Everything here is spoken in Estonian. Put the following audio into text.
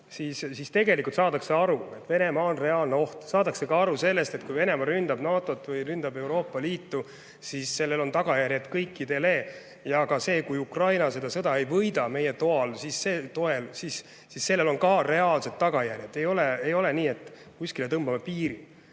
Aga tegelikult saadakse aru, et Venemaa on reaalne oht, ja saadakse aru ka sellest, et kui Venemaa ründab NATO-t või ründab Euroopa Liitu, siis sellel on tagajärjed kõikidele. Ka sellel, kui Ukraina seda sõda ei võida meie toel, on reaalsed tagajärjed. Ei ole nii, et kuskile tõmbame piiri.